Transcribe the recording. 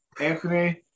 Anthony